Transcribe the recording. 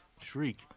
shriek